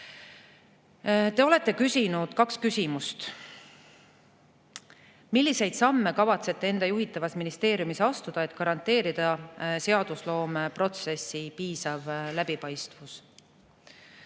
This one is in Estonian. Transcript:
Te olete küsinud kaks küsimust. "Milliseid samme kavatsete enda juhitavas ministeeriumis astuda, et garanteerida seadusloomeprotsessi piisav läbipaistvus?"